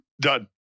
Done